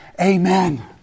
Amen